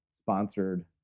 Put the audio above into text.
sponsored